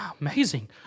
amazing